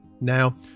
Now